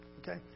Okay